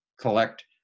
collect